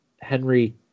Henry